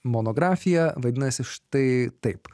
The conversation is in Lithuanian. monografija vadinasi štai taip